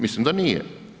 Mislim da nije.